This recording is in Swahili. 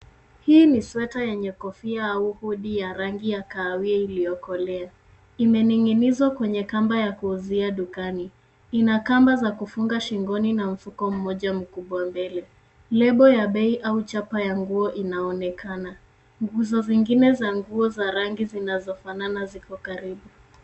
Hii ni sweta yenye kofia au hoodie ya rangi ya kahawia iliyokolea. Imening'inizwa kwenye kamba ya kuuzia dukani. Ina kamba za kufunga shingoni na mfuko mmoja mkubwa mbele. Lebo ya bei au chapa ya nguo inaonekana. Nguzo zingine za nguo za rangi zinazofanana ziko karibu.